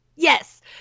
Yes